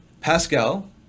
Pascal